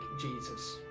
Jesus